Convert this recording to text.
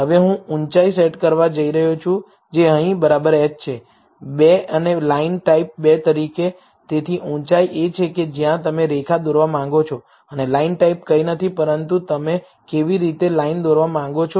હવે હું ઉંચાઇ સેટ કરવા જઇ રહ્યો છું જે અહીં h છે 2 અને લાઇન ટાઇપ 2 તરીકે તેથી ઉંચાઇ એ છે કે જ્યાં તમે લાઇન દોરવા માંગો છો અને લાઈન ટાઇપ કંઈ નથી પરંતુ તમે કેવી રીતે લાઈન દોરવા માંગો છો